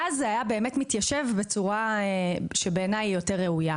ואז זה היה מתיישב בצורה שבעיניי היא יותר ראויה.